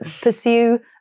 pursue